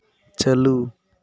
ᱪᱟᱹᱞᱩ